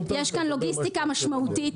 יש כאן לוגיסטיקה משמעותית.